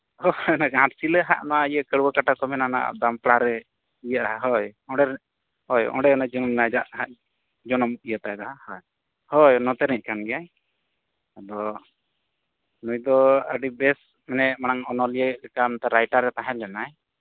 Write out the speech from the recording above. ᱦᱮᱸ ᱜᱷᱟᱴᱥᱤᱞᱟᱹ ᱦᱟᱸᱜ ᱱᱚᱣᱟ ᱤᱭᱟᱹ ᱠᱟᱹᱲᱣᱟᱹᱠᱟᱴᱟ ᱠᱚ ᱢᱮᱱᱟ ᱚᱱᱟ ᱫᱟᱢᱯᱟᱲᱟ ᱨᱮ ᱤᱭᱟᱹᱜᱼᱟ ᱦᱳᱭ ᱚᱸᱰᱮ ᱨᱮᱱ ᱦᱳᱭ ᱚᱸᱰᱮ ᱱᱟᱜ ᱟᱡᱟᱜ ᱦᱟᱸᱜ ᱡᱚᱱᱚᱢ ᱤᱭᱟᱹ ᱛᱟᱭ ᱫᱚ ᱦᱳᱭ ᱱᱚᱛᱮ ᱱᱤᱡ ᱠᱟᱱ ᱜᱮᱭᱟᱭ ᱟᱫᱚ ᱱᱩᱭ ᱫᱚ ᱟᱹᱰᱤ ᱵᱮᱥ ᱢᱟᱱᱮ ᱢᱟᱲᱟᱝ ᱚᱱᱚᱞᱤᱭᱟᱹ ᱞᱮᱠᱟᱱ ᱨᱟᱭᱴᱟᱨᱮ ᱛᱟᱦᱮᱸ ᱞᱮᱱᱟᱭ